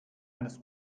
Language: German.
eines